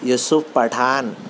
Yusuf Pathan